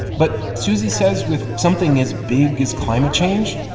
but susie says, with something as big as climate change,